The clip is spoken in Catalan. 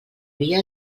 via